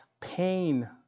Pain